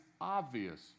obvious